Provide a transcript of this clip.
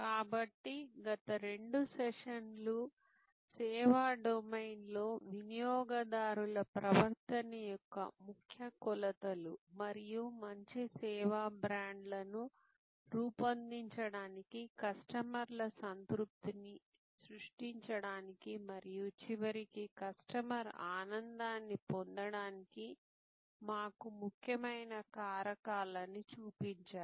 కాబట్టి గత రెండు సెషన్లు సేవా డొమైన్లో వినియోగదారుల ప్రవర్తన యొక్క ముఖ్య కొలతలు మరియు మంచి సేవా బ్రాండ్లను రూపొందించడానికి కస్టమర్ల సంతృప్తిని సృష్టించడానికి మరియు చివరికి కస్టమర్ ఆనందాన్ని పొందటానికి మాకు ముఖ్యమైన కారకాలని చూపించాయి